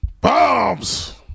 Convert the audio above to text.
Bombs